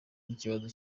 n’ikibazo